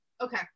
Okay